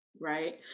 Right